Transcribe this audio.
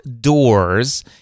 doors